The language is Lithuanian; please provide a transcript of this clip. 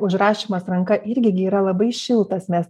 užrašymas ranka irgi gi yra labai šiltas mes